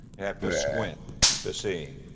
you have to squint to see